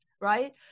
right